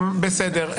בסדר.